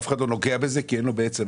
אף אחד לא נוגע בזה כי אין לו אבא.